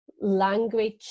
language